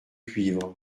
cuivre